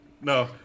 No